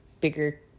bigger